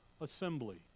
Assembly